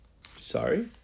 sorry